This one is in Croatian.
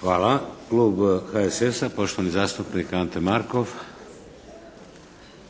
Vladimir (HDZ)** Hvala. Klub HSS-a, poštovani zastupnik Ante Markov.